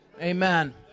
Amen